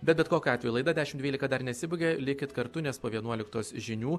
bet bet kokiu atveju laida dešimt dvylika dar nesibaigė likit kartu nes po vienuoliktos žinių